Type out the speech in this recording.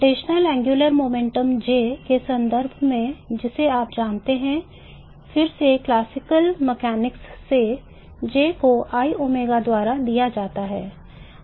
घूर्णी कोणीय गति से J को I ω द्वारा दिया जाता है